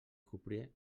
crupier